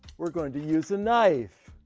we're going to use a knife.